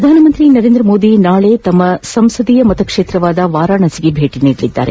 ಪ್ರಧಾನಮಂತ್ರಿ ನರೇಂದ್ರಮೋದಿ ನಾಳೆ ತಮ್ಮ ಸಂಸದೀಯ ಕ್ಷೇತ್ರವಾದ ವಾರಾಣಸಿಗೆ ಭೇಟಿ ನೀಡಲಿದ್ದಾರೆ